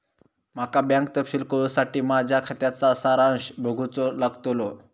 माका बँक तपशील कळूसाठी माझ्या खात्याचा सारांश बघूचो लागतलो